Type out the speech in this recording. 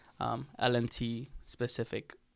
LNT-specific